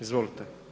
Izvolite.